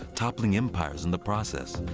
toppling empires in the process.